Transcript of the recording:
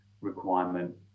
requirement